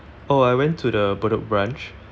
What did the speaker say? oh I went to the bedok branch